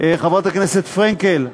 חברת הכנסת פרנקל,